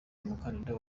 umukandida